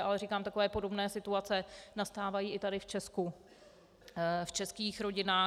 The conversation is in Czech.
Ale říkám, že takové podobné situace nastávají i tady v Česku v českých rodinách.